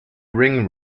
ring